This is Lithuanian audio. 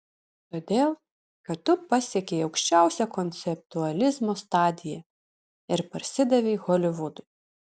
todėl kad tu pasiekei aukščiausią konceptualizmo stadiją ir parsidavei holivudui